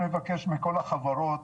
אנחנו נבקש מכל החברות